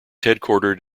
headquartered